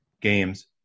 games